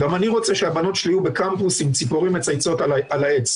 גם אני רוצה שהבנות שלי יהיו בקמפוס עם ציפורים מצייצות על העץ,